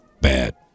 Bad